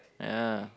ya